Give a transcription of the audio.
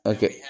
Okay